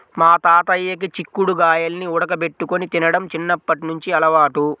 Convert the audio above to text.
మా తాతయ్యకి చిక్కుడు గాయాల్ని ఉడకబెట్టుకొని తినడం చిన్నప్పట్నుంచి అలవాటు